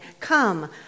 Come